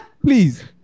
Please